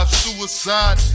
suicide